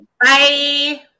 Bye